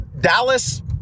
Dallas